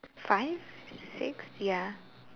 five six ya